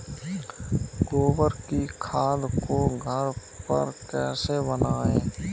गोबर की खाद को घर पर कैसे बनाएँ?